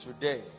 today